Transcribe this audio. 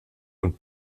und